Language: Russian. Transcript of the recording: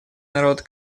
народ